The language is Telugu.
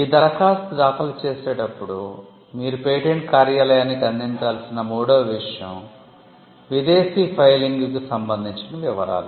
ఈ దరఖాస్తు దాఖలు చేసేటప్పుడు మీరు పేటెంట్ కార్యాలయానికి అందించాల్సిన మూడవ విషయం విదేశీ ఫైలింగ్కు సంబంధించిన వివరాలు